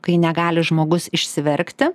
kai negali žmogus išsiverkti